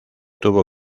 tuvo